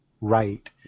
right